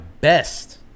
best